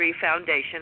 foundation